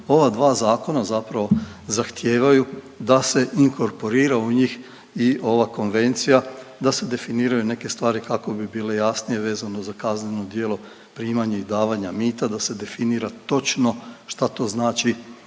ova dva zakona zapravo zahtijevaju da se inkorporira u njih i ova konvencija, da se definiraju neke stvari kako bi bile jasnije vezano za kazneno djelo primanje i davanja mita, da se definira točno šta to znači